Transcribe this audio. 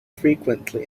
frequently